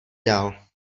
dál